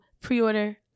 pre-order